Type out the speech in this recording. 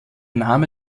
name